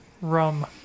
rum